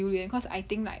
cause I think like